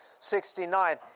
69